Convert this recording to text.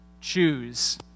choose